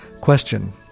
Question